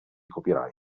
copyright